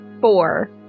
Four